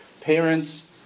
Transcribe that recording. parents